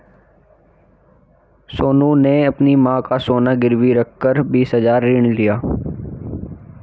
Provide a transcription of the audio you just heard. सोनू ने अपनी मां का सोना गिरवी रखकर बीस हजार ऋण लिया